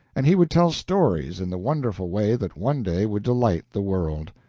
and he would tell stories in the wonderful way that one day would delight the world.